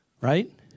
Right